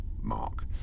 Mark